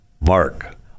mark